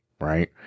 right